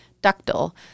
ductile